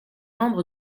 membre